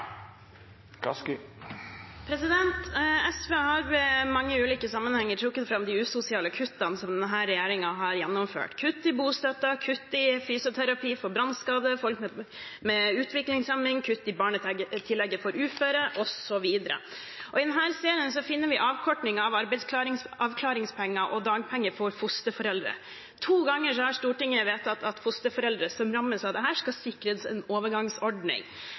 SV har i mange ulike sammenhenger trukket fram de usosiale kuttene som denne regjeringen har gjennomført: kutt i bostøtte, kutt i fysioterapi for brannskadde, kutt til folk med utviklingshemming, kutt i barnetillegget for uføre og så videre. I denne serien finner vi også avkorting av arbeidsavklaringspenger og dagpenger for fosterforeldre. To ganger har Stortinget vedtatt at fosterforeldre som rammes av dette, skal sikres en overgangsordning.